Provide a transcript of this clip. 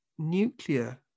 Nuclear